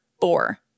four